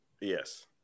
Yes